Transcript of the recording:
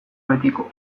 betiko